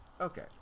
okay